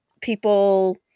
people